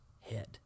head